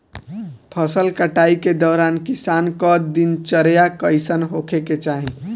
फसल कटाई के दौरान किसान क दिनचर्या कईसन होखे के चाही?